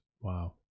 Wow